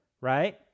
right